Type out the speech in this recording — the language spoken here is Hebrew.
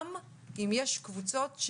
גם אם יש קבוצות,